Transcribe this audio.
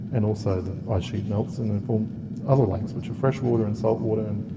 and also the ice sheet melts and it formed other lakes, which are freshwater and saltwater, and